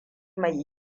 mai